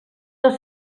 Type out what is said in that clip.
dos